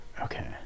Okay